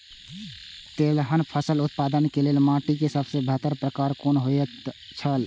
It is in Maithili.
तेलहन फसल उत्पादन के लेल माटी के सबसे बेहतर प्रकार कुन होएत छल?